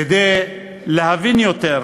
כדי להבין יותר,